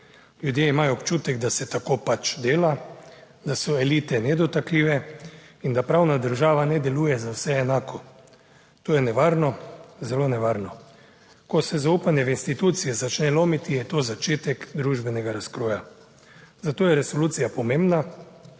Ljudje imajo občutek, da se tako pač dela, da so elite nedotakljive. In da pravna država ne deluje za vse enako. To je nevarno, zelo nevarno. Ko se zaupanje v institucije začne lomiti, je to začetek družbenega razkroja. Zato je resolucija pomembna,